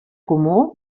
comú